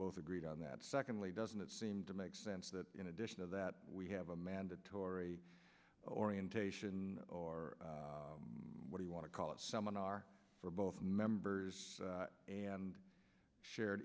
both agreed on that secondly doesn't it seem to make sense that in addition to that we have a mandatory orientation or what you want to call a seminar for both members and shared